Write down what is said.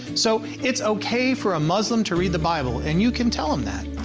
so, it's okay for a muslim to read the bible, and you can tell them that.